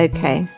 Okay